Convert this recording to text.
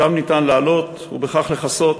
שם ניתן להעלות ובכך לכסות